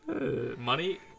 Money